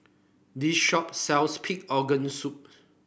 this shop sells Pig Organ Soup